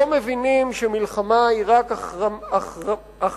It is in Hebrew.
לא מבינים שבאזור הזה מלחמה אף פעם איננה פתרון.